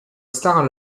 star